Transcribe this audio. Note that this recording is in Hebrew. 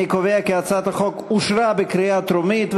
את הצעת חוק הארכת תקופת זכות יוצרים